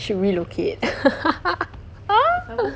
should relocate